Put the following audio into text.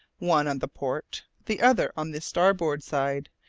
one on the port, the other on the starboard side,